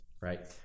Right